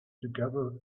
together